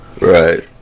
Right